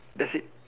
that's it